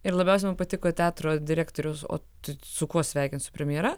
ir labiausiai man patiko teatro direktorius o tai su kuo sveikint su premjera